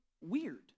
weird